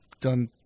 done